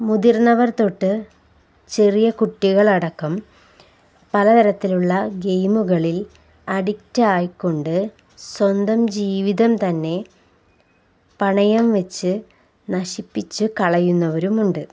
മുതിർന്നവർ തൊട്ട് ചെറിയ കുട്ടികളടക്കം പലതരത്തിലുള്ള ഗെയിമുകളിൽ അഡിക്റ്റായിക്കൊണ്ടു സ്വന്തം ജീവിതം തന്നെ പണയംവച്ചു നശിപ്പിച്ചു കളയുന്നവരുമുണ്ട്